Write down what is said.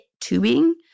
tubing